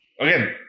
again